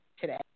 today